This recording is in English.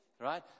right